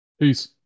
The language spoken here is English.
Peace